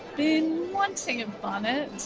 been wanting a bonnet